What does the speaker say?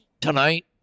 tonight